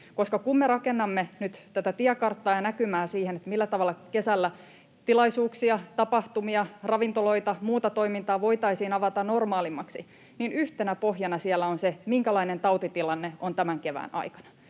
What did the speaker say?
me rakennamme nyt tätä tiekarttaa ja näkymää siihen, millä tavalla kesällä tilaisuuksia, tapahtumia, ravintoloita, muuta toimintaa voitaisiin avata normaalimmaksi, niin yhtenä pohjana siellä on se, minkälainen tautitilanne on tämän kevään aikana.